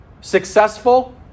Successful